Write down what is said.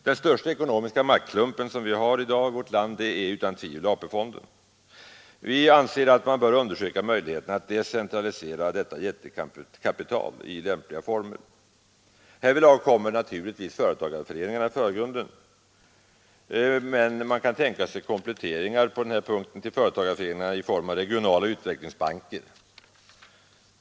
Den största ekonomiska maktklumpen vi har i vårt land i dag är utan tvivel AP-fonden. Vi anser att man bör undersöka möjligheterna att decentralisera detta jättekapital i lämpliga former. Därvidlag kommer naturligtvis företagarföreningarna i förgrunden, men man kan tänka sig kompletteringar i form av regionala utvecklingsbanker.